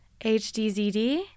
HDZD